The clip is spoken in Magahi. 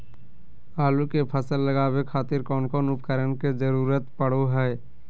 आलू के फसल लगावे खातिर कौन कौन उपकरण के जरूरत पढ़ो हाय?